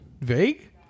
Vague